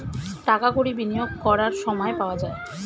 টাকা কড়ি বিনিয়োগ করার সময় পাওয়া যায়